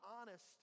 honest